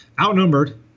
Outnumbered